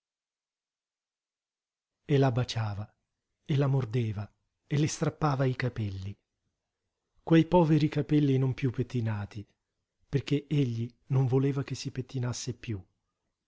cosí e la baciava e la mordeva e le strappava i capelli quei poveri capelli non piú pettinati perché egli non voleva che si pettinasse piú